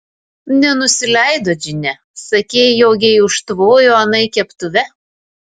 nenusileido džine sakei jogei užtvojo anai keptuve